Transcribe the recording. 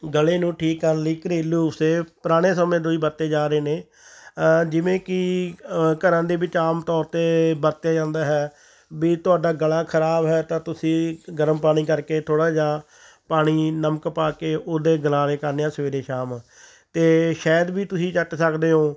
ਗਲੇ ਨੂੰ ਠੀਕ ਕਰਨ ਲਈ ਘਰੇਲੂ ਪੁਰਾਣੇ ਸਮੇਂ ਤੋਂ ਹੀ ਵਰਤੇ ਜਾ ਰਹੇ ਨੇ ਜਿਵੇਂ ਕਿ ਘਰਾਂ ਦੇ ਵਿੱਚ ਆਮ ਤੌਰ 'ਤੇ ਵਰਤਿਆ ਜਾਂਦਾ ਹੈ ਵੀ ਤੁਹਾਡਾ ਗਲਾ ਖਰਾਬ ਹੈ ਤਾਂ ਤੁਸੀਂ ਗਰਮ ਪਾਣੀ ਕਰਕੇ ਥੋੜ੍ਹਾ ਜਿਹਾ ਪਾਣੀ ਨਮਕ ਪਾ ਕੇ ਉਹਦੇ ਗਲਾਰੇ ਕਰਨੇ ਸਵੇਰੇ ਸ਼ਾਮ ਅਤੇ ਸ਼ਹਿਦ ਵੀ ਤੁਸੀਂ ਚੱਟ ਸਕਦੇ ਹੋ